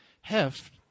heft